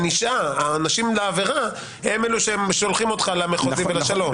העונשים לעבירה הם אלו שהם שולחים אותך למחוזי ולשלום.